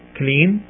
clean